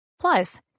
Plus